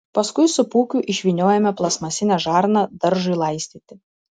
paskui su pūkiu išvyniojame plastmasinę žarną daržui laistyti